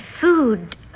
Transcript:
food